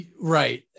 Right